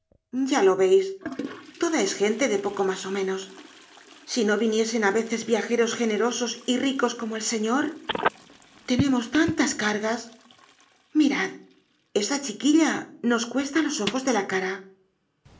ya lo veis toda es gente de poco mas ó menos si no viniesen á veces viajeros generosos y ricos como el señor tenemos tantas cargas mirad esa chiquilla nos cuesta los ojos de la cara